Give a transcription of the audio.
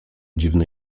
dziwny